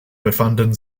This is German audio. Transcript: befanden